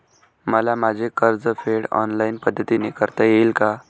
मला माझे कर्जफेड ऑनलाइन पद्धतीने करता येईल का?